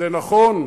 זה נכון?